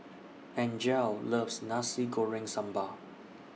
Angele loves Nasi Goreng Sambal